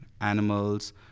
animals